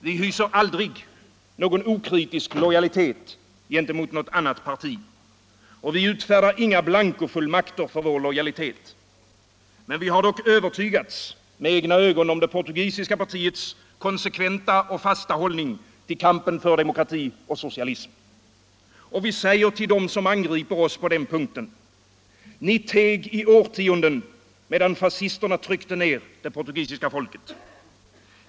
Vi hyser aldrig någon okritisk lojalitet gentemot något annat parti, och vi utfärdar inga blankofullmakter för vår lojalitet. Vi har dock övertygats, med egna ögon, om det portugisiska partiets konsekventa och fasta hållning till kampen för demokrati och socialism. Och vi säger till dem som angriper oss: Ni teg i årtionden, medan fascisterna tryckte ner det portugisiska folket.